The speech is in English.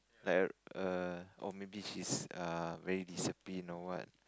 like err or maybe she's a very disciplined or what